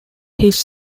his